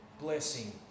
blessing